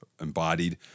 embodied